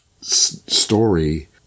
story